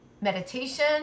meditation